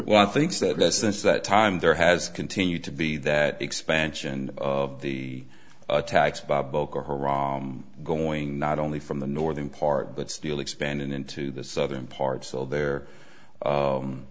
well i think that since that time there has continued to be that expansion of the attacks by boko herat going not only from the northern part but still expanding into the southern part so there